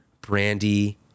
Brandy